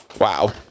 Wow